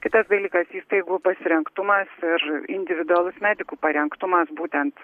kitas dalykas įstaigų pasirengtumas ir individualus medikų parengtumas būtent